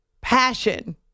passion